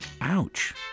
Ouch